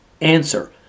Answer